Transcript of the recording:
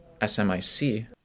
SMIC